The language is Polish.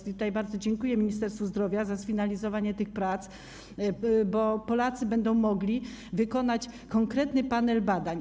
Tutaj bardzo dziękuję Ministerstwu Zdrowia za sfinalizowanie tych prac, bo Polacy będą mogli wykonać konkretny panel badań.